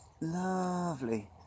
Lovely